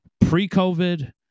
pre-COVID